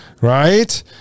right